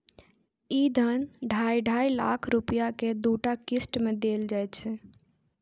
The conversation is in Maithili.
ई धन ढाइ ढाइ लाख रुपैया के दूटा किस्त मे देल जाइ छै